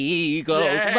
eagles